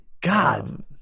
God